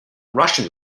russian